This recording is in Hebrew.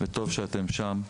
וטוב שאתם שם.